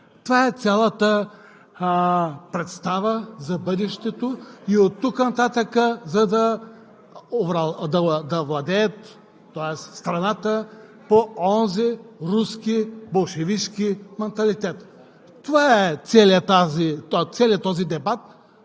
Това е цялата представа за бъдещето и оттук нататък да владеят страната по онзи руски, болшевишки манталитет. Това е, целият този дебат